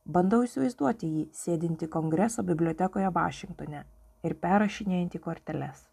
bandau įsivaizduoti jį sėdintį kongreso bibliotekoje vašingtone ir perrašinėjantį korteles